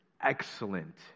excellent